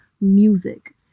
music